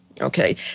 Okay